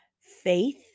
faith